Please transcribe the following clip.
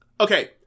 Okay